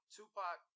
Tupac